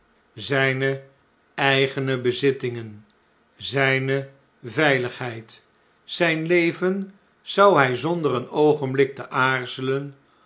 zijne eigene bezittingen zijne veiligheid zijn leven zou hjj zonder een oogenblik te aarzelen